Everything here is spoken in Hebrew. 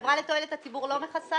חברה לתועלת הציבור לא מכסה?